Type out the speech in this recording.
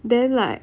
then like